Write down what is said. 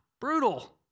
brutal